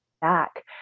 back